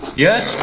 yes?